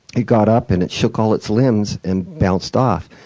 it got up and it shook all its limbs and bounced off.